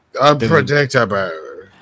Unpredictable